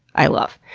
i love.